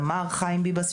אמר חיים ביבס,